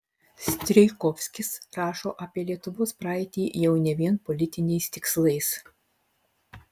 strijkovskis rašo apie lietuvos praeitį jau ne vien politiniais tikslais